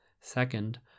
second